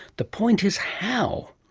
the point is how.